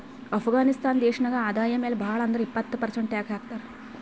ಅಫ್ಘಾನಿಸ್ತಾನ್ ದೇಶ ನಾಗ್ ಆದಾಯ ಮ್ಯಾಲ ಭಾಳ್ ಅಂದುರ್ ಇಪ್ಪತ್ ಪರ್ಸೆಂಟ್ ಟ್ಯಾಕ್ಸ್ ಹಾಕ್ತರ್